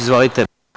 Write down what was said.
Izvolite.